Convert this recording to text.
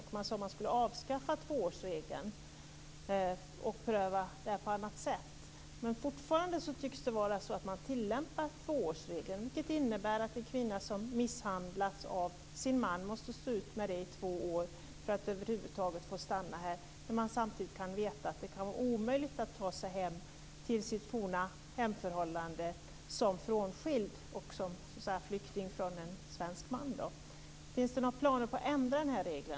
Då ville man avskaffa tvåårsregeln och införa en annan prövning. Fortfarande tyckts det vara så att tvåårsregeln tillämpas, vilket innebär att en kvinna som misshandlas av sin man måste stå ut med det i två år för att över huvud taget få stanna här, trots att det kan vara omöjligt för henne att ta sig till sitt forna hemland som frånskild och på flykt från en svensk man. Finns det några planer på att ändra denna regel?